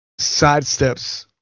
sidesteps